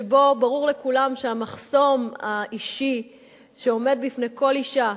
שבו ברור לכולם שהמחסום האישי שעומד בפני כל אשה,